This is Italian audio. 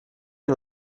non